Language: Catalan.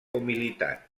humilitat